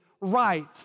right